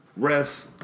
refs